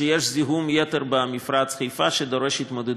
שיש זיהום יתר במפרץ חיפה שדורש התמודדות.